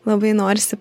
labai norisi